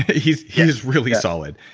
he's he's really solid.